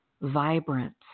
vibrant